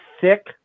thick